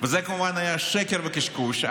וזה כמובן היה שקר וקשקוש,